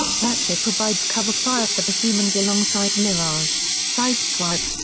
ratchet provides cover fire for the humans alongside mirage, sideswipe,